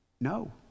No